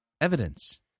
Evidence